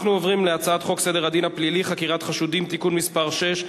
אנחנו עוברים להצעת חוק סדר הדין הפלילי (חקירת חשודים) (תיקון מס' 6),